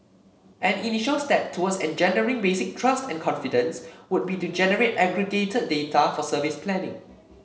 an initial step towards engendering basic trust and confidence would be to generate aggregated data for service planning